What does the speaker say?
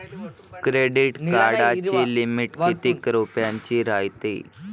Credit कार्डाची limit कितीक रुपयाची रायते?